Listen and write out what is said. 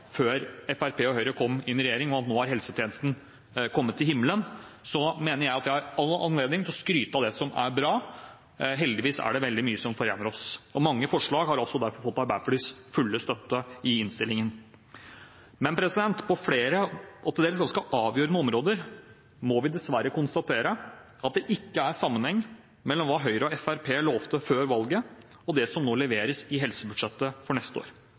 før Fremskrittspartiet og Høyre kom i regjering, og at nå er helsetjenesten kommet til himmelen, mener jeg at jeg har all anledning til å skryte av det som er bra. Heldigvis er det veldig mye som forener oss, og mange forslag har også derfor fått Arbeiderpartiets fulle støtte i innstillingen. Men på flere og til dels avgjørende områder må vi dessverre konstatere at det ikke er sammenheng mellom hva Høyre og Fremskrittspartiet lovte før valget, og det som nå leveres i helsebudsjettet for neste år.